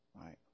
right